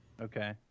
Okay